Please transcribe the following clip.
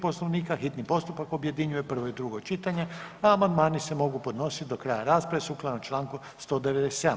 Poslovnika hitni postupak objedinjuje prvo i drugo čitanje, a amandmani se mogu podnositi do kraja rasprave sukladno čl. 197.